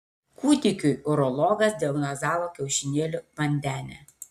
kūdikiui urologas diagnozavo kiaušinėlių vandenę